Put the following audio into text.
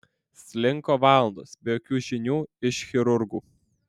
slinko valandos be jokių žinių iš chirurgų